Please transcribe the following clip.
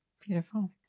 beautiful